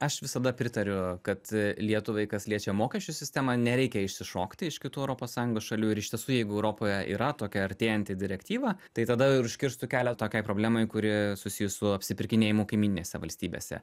aš visada pritariu kad lietuvai kas liečia mokesčių sistemą nereikia išsišokti iš kitų europos sąjungos šalių ir iš tiesų jeigu europoje yra tokia artėjanti direktyva tai tada ir užkirstų kelią tokiai problemai kuri susijus su apsipirkinėjimu kaimyninėse valstybėse